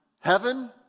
heaven